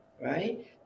right